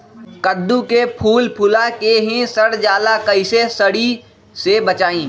कददु के फूल फुला के ही सर जाला कइसे सरी से बचाई?